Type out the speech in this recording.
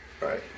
Right